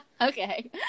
Okay